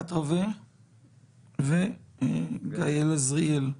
יפעת רווה וגאל אזריאל.